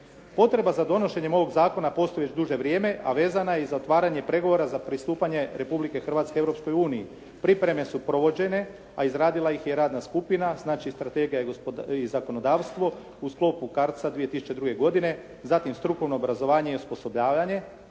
Potreba za donošenjem ovog zakona postoji već duže vrijeme, a vezana je i za otvaranje pregovora za pristupanje Republike Hrvatske Europskoj uniji. Pripreme su provođene, a izradila ih je radna skupina, znači strategija i zakonodavstvo u sklopu KARC-a 2002. godine, zatim strukovno obrazovanje i osposobljavanje